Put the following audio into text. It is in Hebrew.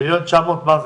1.9 מיליון מה זה?